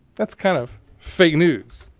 that's kind of fake news.